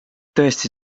tõesti